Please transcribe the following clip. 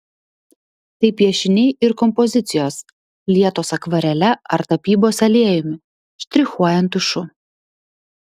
tai piešiniai ir kompozicijos lietos akvarele ar tapybos aliejumi štrichuojant tušu